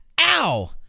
ow